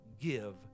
give